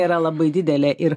yra labai didelė ir